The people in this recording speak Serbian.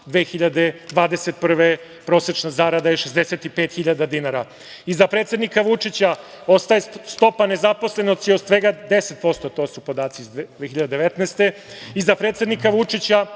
prosečna zarada je 65.000 dinara. Iza predsednika Vučića ostaje stopa nezaposlenosti od svega 10%. To su podaci iz 2019. godine. Iza predsednika Vučića